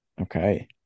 Okay